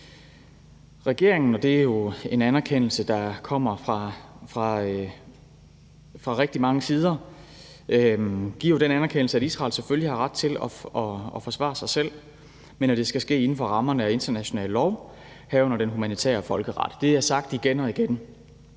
anerkender – og det er jo en anerkendelse, der kommer fra mange sider – at Israel selvfølgelig har ret til at forsvare sig selv, men mener, at det skal ske inden for rammerne af international lov, herunder den humanitære folkeret. Det har jeg sagt igen og igen.